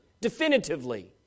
definitively